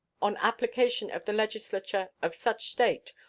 on application of the legislature of such state,